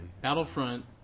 Battlefront